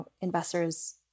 investors